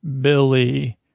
Billy